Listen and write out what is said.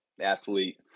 athlete